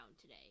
today